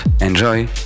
Enjoy